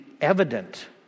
evident